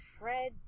Fred